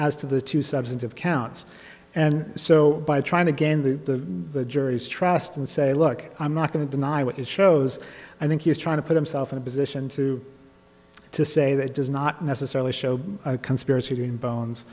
as to the two substantive counts and so by trying to gain the the jury's trust and say look i'm not going to deny what it shows i think he is trying to put himself in a position to to say that does not necessarily show conspiracy and bones